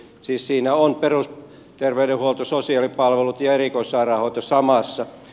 siis siinä on perusterveydenhuolto sosiaalipalvelut ja erikoissairaanhoito samassa